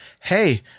hey